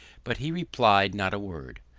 but he replied not a word.